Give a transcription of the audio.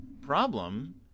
problem